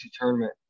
tournament